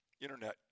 Internet